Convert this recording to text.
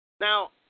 Now